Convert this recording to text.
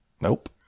Nope